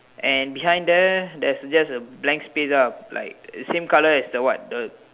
and behind there there's just a blank space ah like same colour as the what the